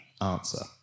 answer